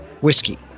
whiskey